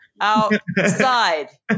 outside